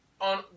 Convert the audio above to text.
on